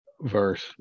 verse